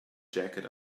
jacket